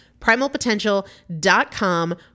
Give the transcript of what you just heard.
Primalpotential.com